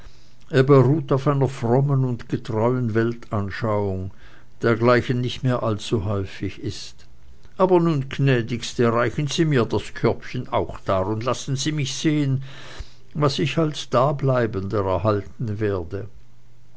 beruht auf einer frommen und getreuen weltanschauung dergleichen nicht mehr allzu häufig ist aber nun gnädigste reichen sie mir das körbchen auch dar und lassen sie mich sehen was ich als dableibender erhalten werde